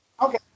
Okay